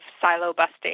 silo-busting